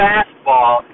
Fastball